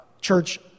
church